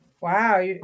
Wow